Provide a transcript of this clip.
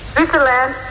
Switzerland